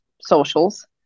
socials